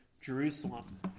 Jerusalem